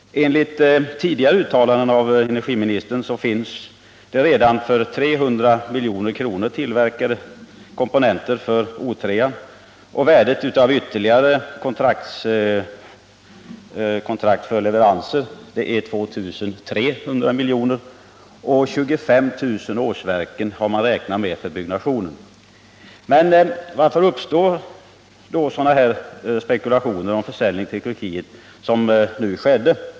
Enligt tidigare uttalanden av energiministern finns det redan tillverkade komponenter till O 2 för 300 milj.kr. Värdet av ytterligare kontrakt för leveranser är 2 300 milj.kr., och 25 000 årsverken har man räknat med för byggnationen. Men varför sådana här spekulationer om försäljning till Turkiet som nu uppkommit?